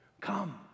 Come